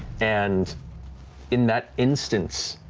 and in that instance,